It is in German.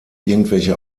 irgendwelche